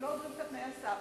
הם לא עוברים את תנאי הסף,